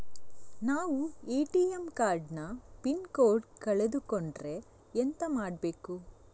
ನಾವು ATM card ನ PIN code ಕಳೆದು ಕೊಂಡ್ರೆ ಎಂತ ಮಾಡ್ಬೇಕು?